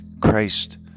Christ